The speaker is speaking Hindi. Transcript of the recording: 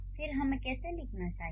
फिर हमें कैसे लिखना चाहिए